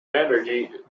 energy